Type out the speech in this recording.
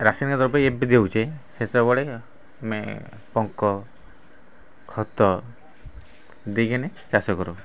ରାସାୟନିକ ଦ୍ରବ୍ୟ ଏବେ ଦିଆହେଉଛି ସେତବେଳେ ଆମେ ପଙ୍କ ଖତ ଦେଇକିନି ଚାଷ କରୁ